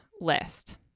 list